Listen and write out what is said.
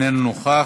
שירות נשים הוא נכון,